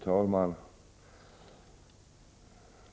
Fru talman!